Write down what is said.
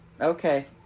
okay